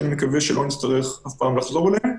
שאני מקווה שלא נצטרך אף פעם לחזור אליהם.